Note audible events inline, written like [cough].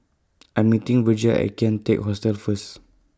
[noise] I'm meeting Virgia At Kian Teck Hostel First